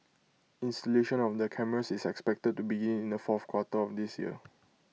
installation of the cameras is expected to begin in the fourth quarter of this year